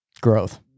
Growth